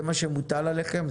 זה מה שמוטל עליכם.